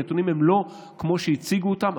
הנתונים הם לא כמו שהציגו אותם,